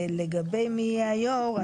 ולגבי מי יהיה היו"ר,